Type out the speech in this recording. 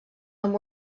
amb